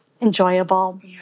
enjoyable